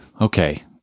okay